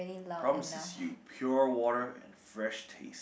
promises you pure water and fresh taste